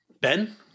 Ben